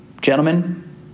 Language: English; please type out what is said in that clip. Gentlemen